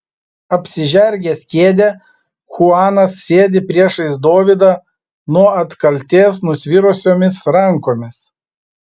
apsižergęs kėdę chuanas sėdi priešais dovydą nuo atkaltės nusvirusiomis rankomis